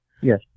Yes